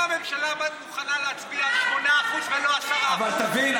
ואם הממשלה מוכנה להצביע על 8% ולא על 10% אבל תבין,